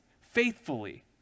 faithfully